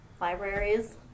Libraries